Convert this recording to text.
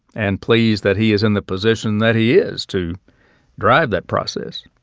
and pleased that he is in the position that he is to drive that process.